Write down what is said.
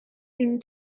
این